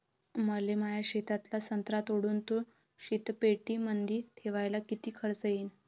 मले माया शेतातला संत्रा तोडून तो शीतपेटीमंदी ठेवायले किती खर्च येईन?